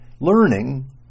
Learning